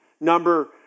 Number